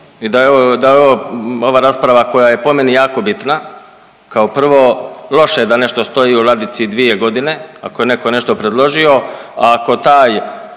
i da je ovo ova rasprava koja je po meni jako bitna kao prvo loše je da nešto stoji u ladici dvije godine, ako je neko nešto predložio, a ako taj